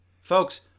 Folks